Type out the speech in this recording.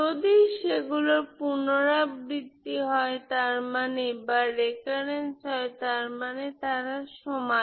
যদি সেগুলোর পুনরাবৃত্তি হয় তার মানে তারা সমান